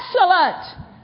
Excellent